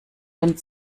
den